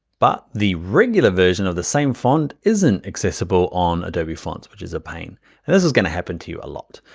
but the regular version of this same font isn't accessible on adobe fonts which is a pain. and this is going to happen to you a lot.